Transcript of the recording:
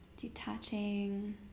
detaching